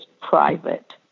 private